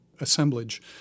assemblage